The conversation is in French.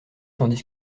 tandis